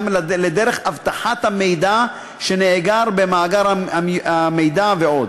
לדרך אבטחת המידע שנאגר במאגר המידע ועוד.